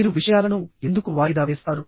మీరు విషయాలను ఎందుకు వాయిదా వేస్తారు